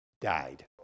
died